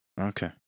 Okay